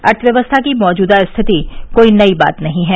अर्थव्यवस्था की मौजूदा स्थिति कोई नई बात नहीं है